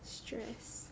stress